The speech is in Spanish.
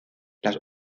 las